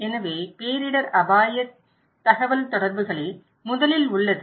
எனவே பேரிடர் அபாய தகவல்தொடர்புகளில் முதலில் உள்ளது